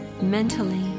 mentally